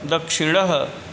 दक्षिणः